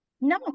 No